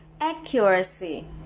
accuracy